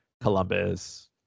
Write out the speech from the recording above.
Columbus